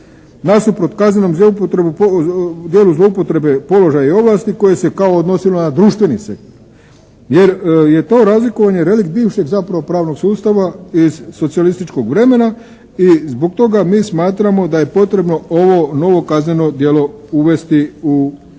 zloupotrebe, djelu zloupotrebe položaja i ovlasti koje se kao odnosilo na društveni sektor. Jer je to razlikovanje relikt bivšeg zapravo pravnog sustava iz socijalističkog vremena i zbog toga mi smatramo da je potrebno ovo novo kazneno djelo uvesti u kaznenu,